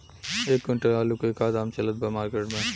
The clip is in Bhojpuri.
एक क्विंटल आलू के का दाम चलत बा मार्केट मे?